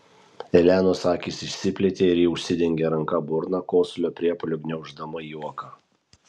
elenos akys išsiplėtė ir ji užsidengė ranka burną kosulio priepuoliu gniauždama juoką